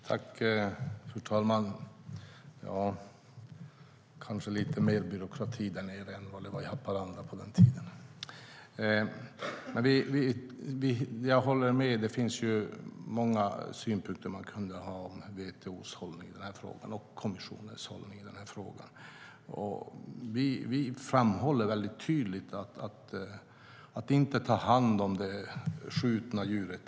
Fru talman! Det är kanske lite mer byråkrati där nere än det var i Haparanda på den tiden. Jag håller med; det finns många synpunkter man kan ha på WTO:s och kommissionens hållning i frågan. Vi framhåller tydligt att det är djupt oetiskt att inte ta hand om det skjutna djuret.